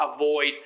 avoid